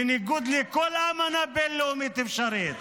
בניגוד לכל אמנה בין-לאומית אפשרית.